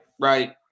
Right